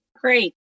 Great